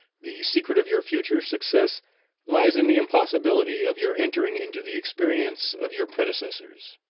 the secret of your future success lies in the impossibility of your entering into the experience of your predecessors.